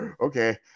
okay